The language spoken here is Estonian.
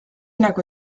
nagu